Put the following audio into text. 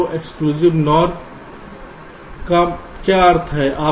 तो exclusive NOR का क्या अर्थ है